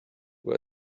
who